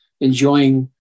enjoying